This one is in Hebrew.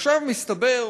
עכשיו מסתבר,